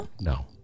no